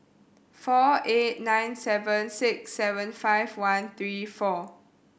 four eight nine seven six seven five one three four